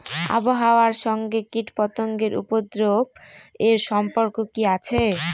আবহাওয়ার সঙ্গে কীটপতঙ্গের উপদ্রব এর সম্পর্ক কি আছে?